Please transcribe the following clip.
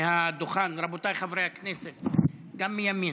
מהדוכן, רבותיי חברי הכנסת, גם מימין.